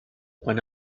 quant